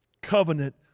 Covenant